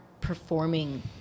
performing